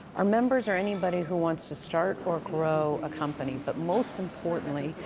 our members are anybody who wants to start or grow a company. but most importantly,